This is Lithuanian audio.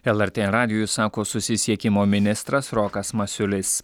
lrt radijui sako susisiekimo ministras rokas masiulis